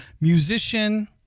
musician